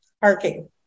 parking